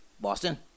Boston